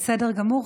בסדר גמור.